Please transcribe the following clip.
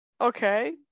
okay